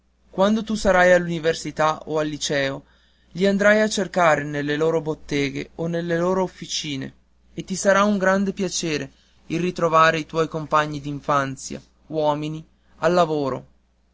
quando tu sarai all'università o al liceo li andrai a cercare nelle loro botteghe o nelle loro officine e ti sarà un grande piacere il ritrovare i tuoi compagni d'infanzia uomini al lavoro